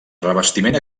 revestiment